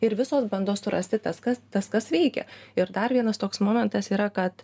ir visos bando surasti tas kas tas kas veikia ir dar vienas toks momentas yra kad